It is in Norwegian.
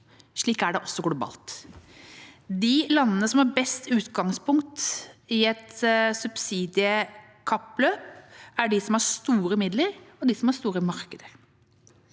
Slik er det også globalt. De landene som har best utgangspunkt i et subsidiekappløp, er de som har store midler og store markeder.